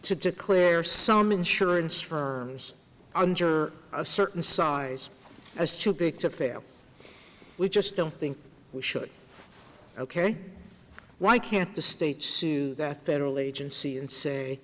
to declare some insurance firms under a certain size as to big to fail we just don't think we should ok why can't the states sue the federal agency and say